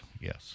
Yes